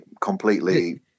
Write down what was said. completely